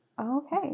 Okay